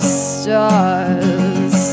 stars